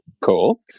cool